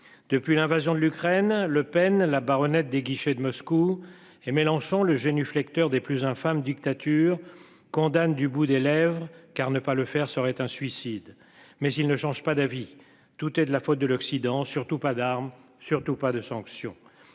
Depuis l'invasion de l'Ukraine. Le Pen la barre honnête des guichets de Moscou et Mélenchon le génuflexions des plus infâme dictature condamne du bout des lèvres, car ne pas le faire serait un suicide. Mais il ne change pas d'avis tout est de la faute de l'Occident, surtout pas d'armes, surtout pas de sanctions,